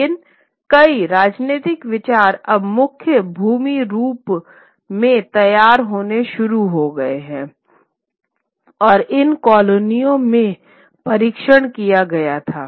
लेकिन कई राजनीतिक विचार अब मुख्य भूमि यूरोप में तैयार होने शुरू हो गया है और इन कॉलोनियों में परीक्षण किया गया था